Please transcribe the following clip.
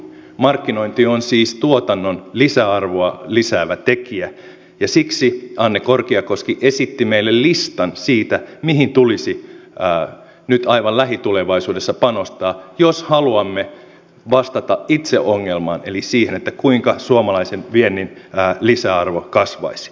markkinointi on siis tuotannon lisäarvoa lisäävä tekijä ja siksi anne korkiakoski esitti meille listan siitä mihin tulisi nyt aivan lähitulevaisuudessa panostaa jos haluamme vastata itse ongelmaan eli siihen kuinka suomalaisen viennin lisäarvo kasvaisi